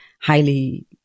highly